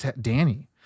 Danny